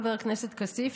חבר הכנסת כסיף,